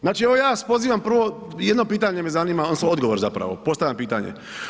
Znači evo ja vas pozivam prvo, jedno pitanje me zanima odnosno odgovor zapravo, postavljam pitanje.